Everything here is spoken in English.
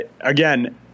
again